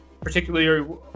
particularly